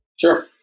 Sure